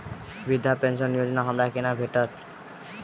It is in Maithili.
वृद्धा पेंशन योजना हमरा केना भेटत?